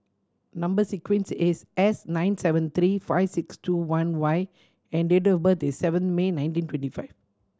number sequence is S nine seven three five six two one Y and date of birth is seven May nineteen twenty five